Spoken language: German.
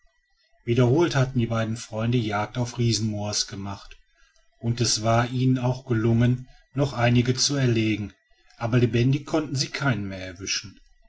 wiederholt hatten die beiden freunde jagd auf riesenmoas gemacht und es war ihnen auch gelungen noch einige zu erlegen aber lebendig konnten sie keinen mehr erwischen